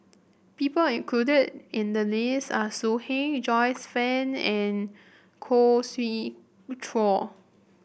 people included in the list are So Heng Joyce Fan and Khoo Swee Chiow